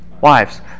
wives